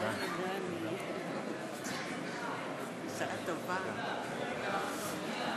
חבר הכנסת אריה מכלוף דרעי, בבקשה, אדוני.